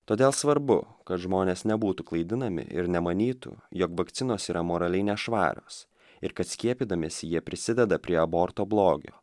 todėl svarbu kad žmonės nebūtų klaidinami ir nemanytų jog vakcinos yra moraliai nešvarios ir kad skiepydamiesi jie prisideda prie aborto blogio